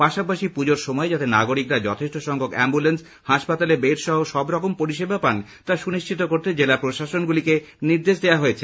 পাশাপাশি পুজোর সময় যাতে নাগরিকরা যথেষ্ট সংখ্যক অ্যাম্বল্যান্স হাসপাতালে বেড সহ সবরকম পরিষেবা পান তা সুনিশ্চিত করতে জেলা প্রশাসন গুলিকে নির্দেশ দেওয়া হয়েছে